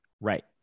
Right